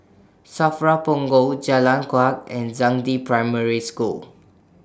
SAFRA Punggol Jalan Kuak and Zhangde Primary School